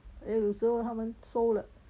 then 有时候他们收了